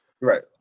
Right